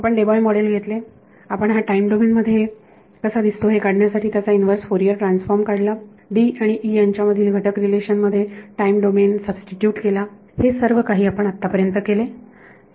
तर आपण Debye model घेतले आपण हा टाइम डोमेन मध्ये कसा दिसतो हे काढण्यासाठी त्याचा इंव्हर्स फोरियर ट्रान्सफॉर्म काढला D आणि E यांच्यामधील घटक रिलेशन मध्ये टाईम डोमेन सबस्टीट्यूट केला हे सर्व काही आपण आत्तापर्यंत केले